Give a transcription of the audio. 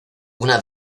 una